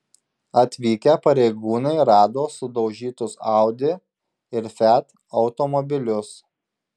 atvykę pareigūnai rado sudaužytus audi ir fiat automobilius